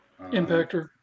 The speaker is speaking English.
Impactor